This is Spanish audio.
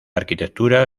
arquitectura